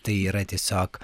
tai yra tiesiog